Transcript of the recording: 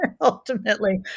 ultimately